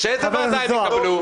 איזו ועדה הם יקבלו?